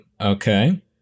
Okay